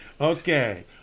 Okay